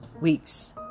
weeks